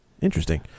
Interesting